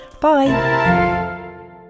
Bye